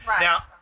Now